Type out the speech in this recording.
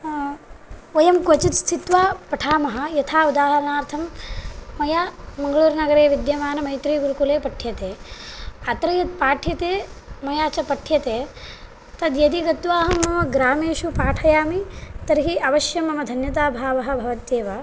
वयं क्वचित् स्थित्वा यथा उदाहरणार्थं मया मङ्गलूरुनगरे विद्यमानमैत्रियीगुरुकुले पठ्यते अत्र यत् पाठ्यते मया च पठ्यते तद्यदि गत्वा अहं मम ग्रामेषु पाठयामि तर्हि अवश्यं मम धन्यताभावः भवत्येव